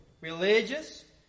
religious